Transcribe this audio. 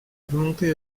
volonté